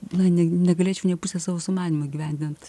na neg negalėčiau nė pusės savo sumanymų įgyvendint